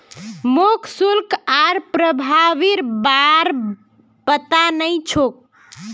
मोक शुल्क आर प्रभावीर बार पता नइ छोक